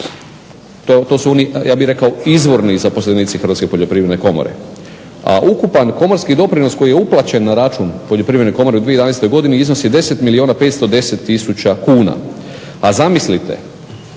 To su oni ja bih rekao izvorni zaposlenici Hrvatske poljoprivredne komore. A ukupan komorski doprinos koji je uplaćen na račun Poljoprivredne komore u 2011. godini iznosi 10 milijuna 510 tisuća kuna. A zamislite,